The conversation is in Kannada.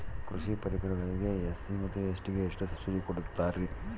ಕೃಷಿ ಪರಿಕರಗಳಿಗೆ ಎಸ್.ಸಿ ಮತ್ತು ಎಸ್.ಟಿ ಗೆ ಎಷ್ಟು ಸಬ್ಸಿಡಿ ಕೊಡುತ್ತಾರ್ರಿ?